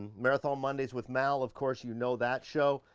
marathon mondays with mal, of course you know that show.